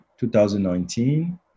2019